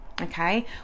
okay